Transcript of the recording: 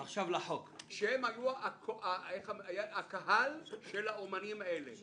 שהיו הקהל של האומנים האלה.